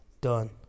Done